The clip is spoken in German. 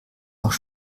noch